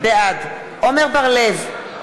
בעד עמר בר-לב,